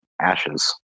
ashes